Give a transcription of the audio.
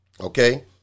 Okay